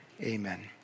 amen